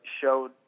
showed